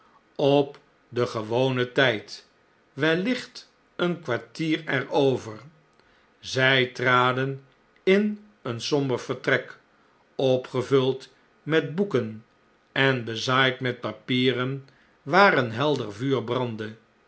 op den gewonen tyd wellicht een kwartier er over zjj traden in een somber vertrek opgevuld met boeken en bezaaid met papieren waar een helder vuur brandde